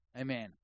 Amen